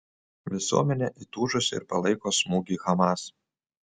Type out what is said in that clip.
visuomenė įtūžusi ir palaiko smūgį hamas